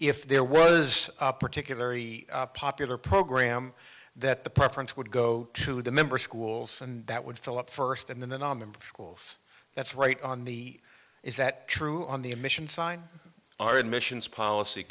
if there was a particularly popular program that the preference would go to the member schools and that would fill up first and then the nominee wolf that's right on the is that true on the admission sign are admissions policy